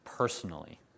personally